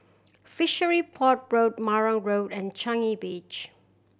Fishery Port Road Marang Road and Changi Beach